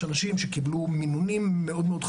יש אנשים שקיבלו מינונים מאוד מאוד חריגים,